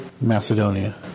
Macedonia